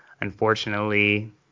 unfortunately